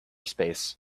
space